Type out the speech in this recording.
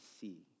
see